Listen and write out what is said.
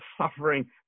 suffering